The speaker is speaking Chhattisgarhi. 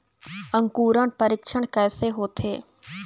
अंकुरण परीक्षण कैसे होथे?